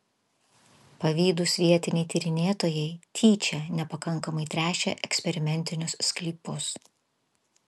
pavydūs vietiniai tyrinėtojai tyčia nepakankamai tręšė eksperimentinius sklypus